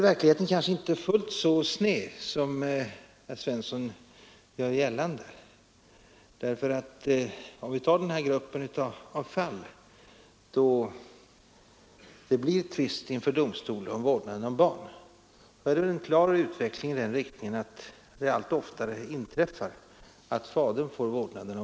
Verkligheten är kanske inte fullt så sned som herr Svensson gör gällande. Om vi ser på de fall där det blir tvist inför domstol om vårdnaden om barnen, finner vi att det försiggår en klar utveckling i den riktningen att fadern allt oftare får vårdnaden om barnen.